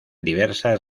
diversas